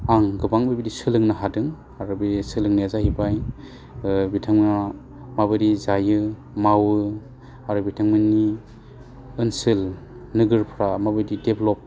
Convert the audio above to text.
आं गोबां बेबायदि सोलोंनो हादों आरो बे सोलोंनाया जाहैबाय बिथांमोना माबायदि जायो मावो आरो बिथांमोननि ओनसोल नोगोरफ्रा माबायदि डेभलप